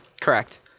Correct